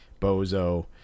bozo